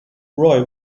roy